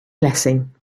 blessing